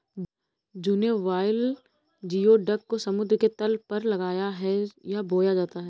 juvenile geoduck को समुद्र के तल पर लगाया है या बोया जाता है